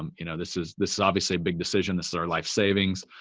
um you know this is this is obviously a big decision. this is our life savings